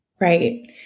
Right